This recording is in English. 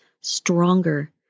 stronger